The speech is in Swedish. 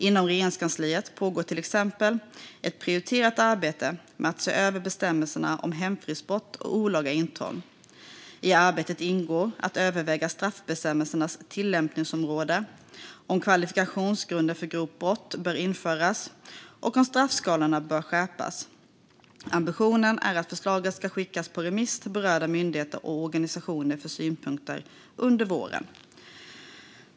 Inom Regeringskansliet pågår till exempel ett prioriterat arbete med att se över bestämmelserna om hemfridsbrott och olaga intrång. I arbetet ingår att överväga straffbestämmelsernas tillämpningsområde, om kvalifikationsgrunder för grovt brott bör införas och om straffskalorna bör skärpas. Ambitionen är att förslag ska skickas på remiss till berörda myndigheter och organisationer för synpunkter under våren.